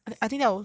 it's